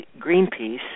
Greenpeace